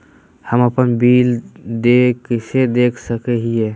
हम अपन बिल देय कैसे देख सको हियै?